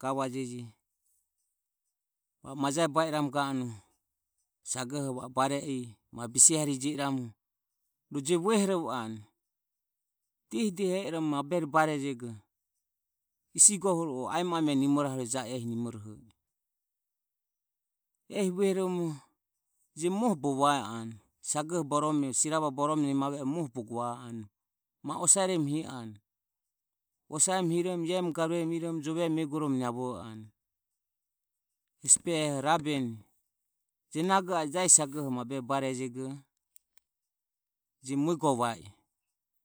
Gavajeje va'o majae ba iramu ganue sagoho va o barejego ma bise harihe je i ramu rohu je vuehorovoanu dehi dehi mabure barejego isi gohu o a emo ame nimoroharue i ja o ehi nimoroho. Ehi vuehorovoromo je muoho bogo vae anue. Sagohe borome siravae borome nemaveoho je muoho bogo va anue ma osaremu hi anue osaremu hiromo ie garuemu iromo jovemu eguoromo ma osaremu niavo anue hesi behoho rabeni je nago a e jasi sagoho mabureri barejego je mue go va i